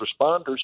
responders